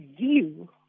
view